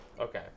Okay